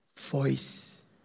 voice